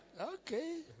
Okay